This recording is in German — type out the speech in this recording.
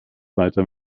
weiter